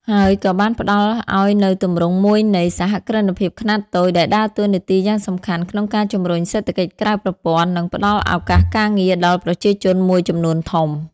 ហើយក៏បានផ្តល់ឱ្យនូវទម្រង់មួយនៃ សហគ្រិនភាពខ្នាតតូច ដែលដើរតួនាទីយ៉ាងសំខាន់ក្នុងការជំរុញសេដ្ឋកិច្ចក្រៅប្រព័ន្ធ និងផ្តល់ឱកាសការងារដល់ប្រជាជនមួយចំនួនធំ ។